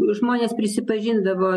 žmonės prisipažindavo